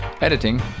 Editing